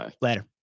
Later